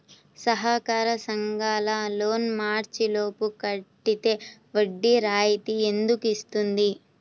సహకార సంఘాల loan March లోపు కట్టితే వడ్డీ రాయితీ ఎందుకు ఇస్తుంది?